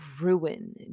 ruin